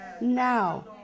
now